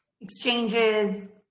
exchanges